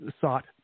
sought